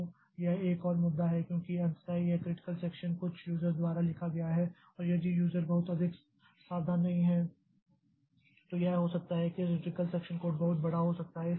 तो यह एक और मुद्दा है क्योंकि अंततः यह क्रिटिकल सेक्षन कुछ यूज़र द्वारा लिखा गया है और यदि यूज़र बहुत अधिक सावधान नहीं है तो यह हो सकता है कि क्रिटिकल सेक्षन कोड बहुत बड़ा हो सकता है